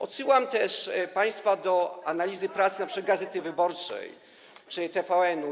Odsyłam też państwa do analizy prasy, np. „Gazety Wyborczej” czy TVN-u.